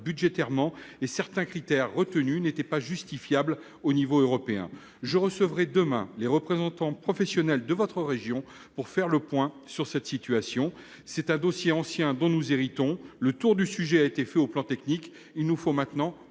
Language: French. et certains critères retenus n'étaient pas justifiables à l'échelon européen. Je recevrai demain les représentants professionnels de votre région pour faire le point sur cette situation. Nous héritons d'un dossier ancien. Nous avons fait le tour du sujet sur le plan technique, il nous faut maintenant